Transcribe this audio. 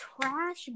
trash